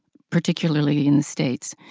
particularly in the states,